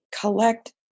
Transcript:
collect